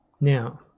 Now